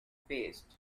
faced